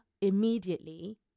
immediately